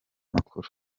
makuru